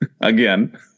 again